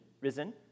risen